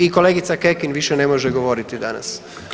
I kolegica Kekin više ne može govoriti danas.